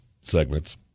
segments